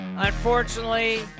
Unfortunately